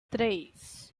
três